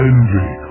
Envy